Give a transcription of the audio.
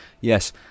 yes